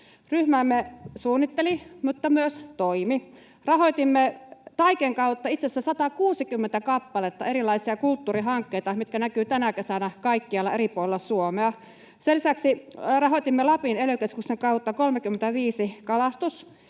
Ryhmämme suunnitteli mutta myös toimi. Rahoitimme Taiken kautta itse asiassa 160 kappaletta erilaisia kulttuurihankkeita, mitkä näkyvät tänä kesänä kaikkialla eri puolilla Suomea. Sen lisäksi rahoitimme Lapin ely-keskuksen kautta 35 kalastus-,